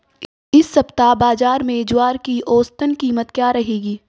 इस सप्ताह बाज़ार में ज्वार की औसतन कीमत क्या रहेगी?